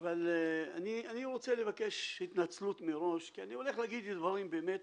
אני רוצה לבקש התנצלות מראש כי אני הולך להגיד דברים באמת